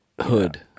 Hood